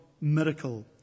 miracle